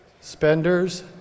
Spenders